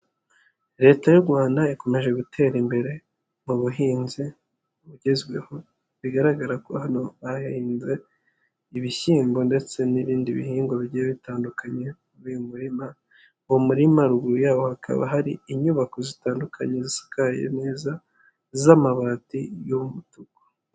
Leta y'u rwanda ikomeje gutera imbere, mu buhinzi, bugezweho, bigaragara ko hano hahinze ibishyimbo ndetse n'ibindi bihingwa bigiye bitandukanye, biri murima, uwo murima ruguru yawo hakaba hari inyubako zitandukanye zisarikaye neza, z'amabati y'umutuku.